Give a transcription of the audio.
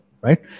right